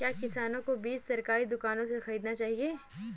क्या किसानों को बीज सरकारी दुकानों से खरीदना चाहिए?